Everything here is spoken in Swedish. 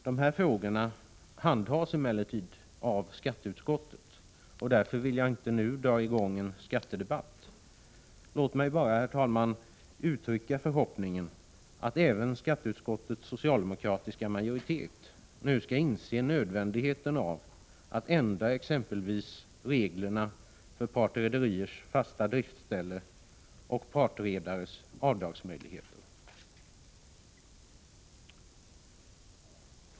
Dessa frågor handhas emellertid av skatteutskottet. Därför vill jag inte nu dra i gång en skattedebatt. Låt mig bara, herr talman, uttrycka förhoppningen att även skatteutskottets socialdemokratiska majoritet nu skall inse nödvändigheten av att ändra exempelvis reglerna för partrederiers fasta driftsställe och för partredares avdragsmöjligheter.